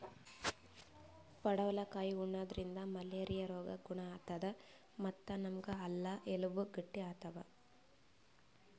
ಪಡವಲಕಾಯಿ ಉಣಾದ್ರಿನ್ದ ಮಲೇರಿಯಾ ರೋಗ್ ಗುಣ ಆತದ್ ಮತ್ತ್ ನಮ್ ಹಲ್ಲ ಎಲಬ್ ಗಟ್ಟಿ ಆತವ್